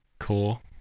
cool